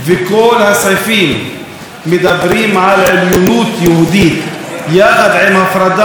כל הסעיפים מדברים על עליונות יהודית יחד עם הפרדה,